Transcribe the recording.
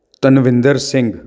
Dhanwinder Singh